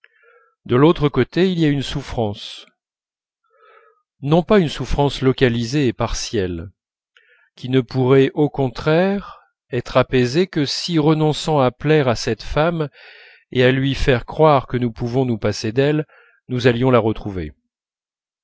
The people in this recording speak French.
de l'autre côté il y a une souffrance non pas une souffrance localisée et partielle qui ne pourrait au contraire être apaisée que si renonçant à plaire à cette femme et à lui faire croire que nous ne pouvons nous passer d'elle nous allions la retrouver